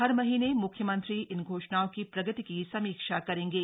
हर महीने म्ख्यमंत्री इन घोषणाओं की प्रगति की समीक्षा करेंगे